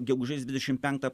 gegužės dvidešim panktą